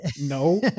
no